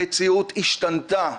המציאות השתנתה.